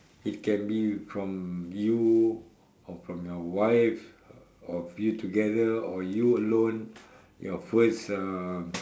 it can be from you or from your wife of you together or you alone your first um